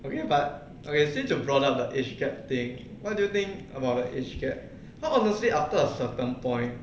have you but okay since you brought up the age gap thing what do you think about the age gap quite honestly after a certain point